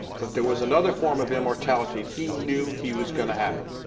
but there was another form of immortality and he knew he was going to have it.